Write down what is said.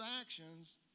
actions